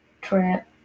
trip